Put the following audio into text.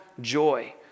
joy